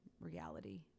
reality